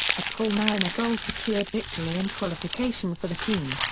a paul mariner goal secured victory and qualification for the team.